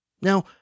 Now